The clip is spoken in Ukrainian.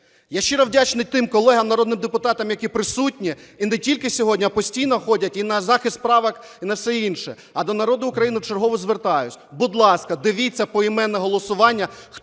Я щиро вдячний тим колегам народним депутатам, які присутні, і не тільки сьогодні, а постійно ходять і на захист правок, і на все інше. А до народу України вчергове звертаюсь, будь ласка, дивіться поіменне голосування,